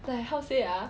like how to say ah